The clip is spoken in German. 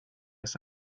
ist